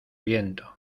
viento